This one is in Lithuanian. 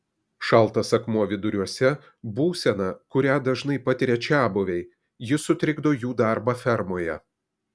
šaltas akmuo viduriuose būsena kurią dažnai patiria čiabuviai ji sutrikdo jų darbą fermoje